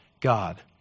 God